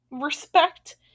respect